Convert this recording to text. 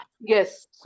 Yes